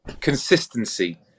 consistency